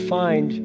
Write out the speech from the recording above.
find